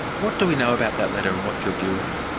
what do we know about that letter and what's your view of it?